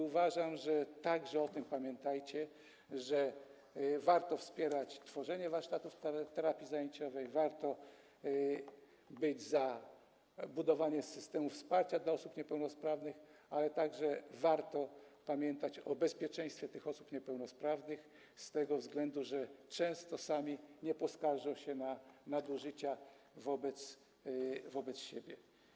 Uważam, że - także o tym pamiętajcie - warto wspierać tworzenie warsztatów terapii zajęciowej, warto być za budowaniem systemów wsparcia dla osób niepełnosprawnych, ale także warto pamiętać o bezpieczeństwie osób niepełnosprawnych z tego względu, że one same często nie poskarżą się na nadużycia wobec siebie.